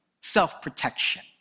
self-protection